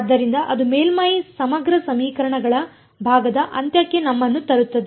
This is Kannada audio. ಆದ್ದರಿಂದ ಅದು ಮೇಲ್ಮೈ ಸಮಗ್ರ ಸಮೀಕರಣಗಳ ಭಾಗದ ಅಂತ್ಯಕ್ಕೆ ನಮ್ಮನ್ನು ತರುತ್ತದೆ